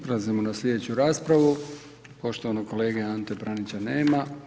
Prelazimo na slj. raspravu, poštovanog kolege Ante Pranića nema.